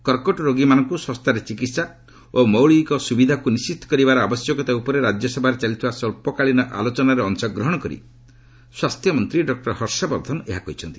କର୍କଟ ରୋଗୀମାନଙ୍କୁ ଶସ୍ତାରେ ଚିକିତ୍ସା ଓ ମୌଳିକ ସୁବିଧାକୁ ନିଣ୍ଢିତ କରିବାର ଆବଶ୍ୟକତା ଉପରେ ରାଜ୍ୟସଭାରେ ଚାଲିଥିବା ସ୍ୱଚ୍ଚକାଳୀନ ଆଲୋଚନାରେ ଅଂଶଗ୍ରହଣ କରି ସ୍ୱାସ୍ଥ୍ୟମନ୍ତ୍ରୀ ଡକ୍ଟର ହର୍ଷବର୍ଦ୍ଧନ ଏହା କହିଛନ୍ତି